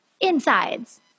insides